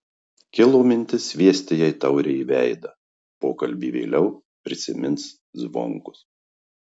kilo mintis sviesti jai taurę į veidą pokalbį vėliau prisimins zvonkus